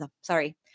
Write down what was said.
sorry